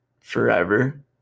forever